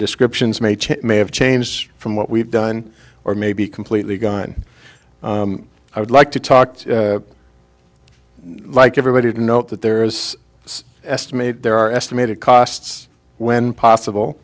descriptions may change may have changed from what we've done or may be completely gone i would like to talk to like everybody to note that there is this estimate there are estimated costs when possible